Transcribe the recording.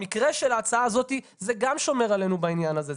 במקרה של ההצעה הזאת זה גם שומר עלינו בעניין הזה,